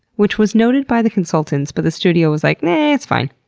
which was noted by the consultants but the studio was like, naaaah its fine.